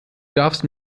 darfst